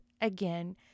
again